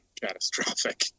catastrophic